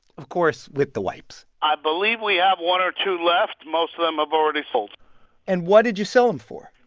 of course, with the wipes i believe we ah have one or two left. most of them have already sold and what did you sell them for?